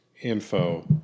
info